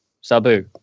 Sabu